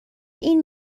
این